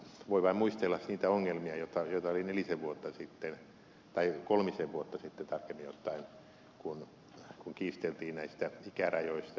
voi vain muistella niitä ongelmia joita oli kolmisen vuotta sitten kun kiisteltiin näistä ikärajoista